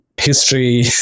history